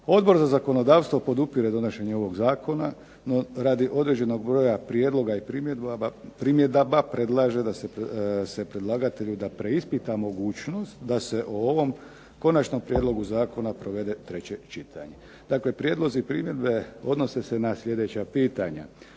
Odbor za zakonodavstvo podupire donošenje ovog zakona. No, radi određenog broja prijedloga i primjedaba predlaže se predlagatelju da preispita mogućnost da se o ovom konačnom prijedlogu zakona provede treće čitanje. Dakle, prijedlozi i primjedbe odnose se na sljedeća pitanja.